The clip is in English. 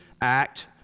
act